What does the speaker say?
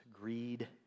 greed